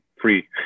free